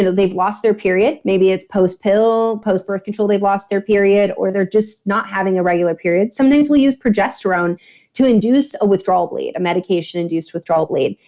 they've lost their period, maybe it's post pill, post-birth control, they've lost their period or they're just not having a regular period. sometimes we'll use progesterone to induce a withdrawal bleed, a medication to induce withdrawal bleed.